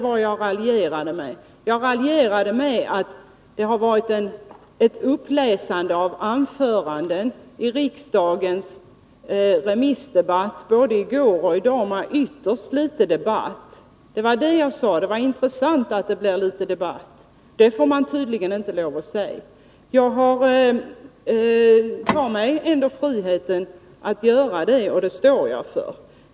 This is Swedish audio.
Vad jag raljerade med var att det varit ett uppläsande av anföranden i riksdagens allmänpolitiska debatt både i går och i dag men ytterst litet av debatt. Vad jag sade var att det var intressant att det nu blev litet debatt. Det får man tydligen inte lov att säga. Jag tar mig ändå friheten att göra det, och det står jag för.